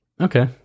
Okay